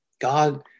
God